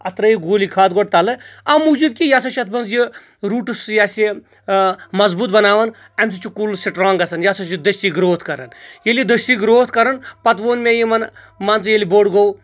اتھ ترٲیِو گُلی کھاد گۄڈٕ تلہٕ او موجوٗب کہِ یہِ ہسا چھُ اتھ منٛز یہِ روٗٹُس یس یہِ مضبوط بناوان امہِ سۭتۍ چھُ کُل سٹرانٛگ گژھان یہ ہسا چھُ دٔستی گروتھ کران ییٚلہِ یہِ دٔستی گروتھ کران پتہٕ ووٚن مےٚ یِمن مان ژٕ ییٚلہِ بوٚڑ گوٚو